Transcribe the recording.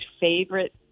favorite